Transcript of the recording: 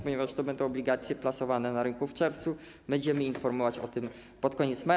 Ponieważ to będą obligacje plasowane na rynku w czerwcu, będziemy informować o tym pod koniec maja.